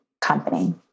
company